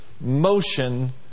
motion